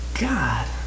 god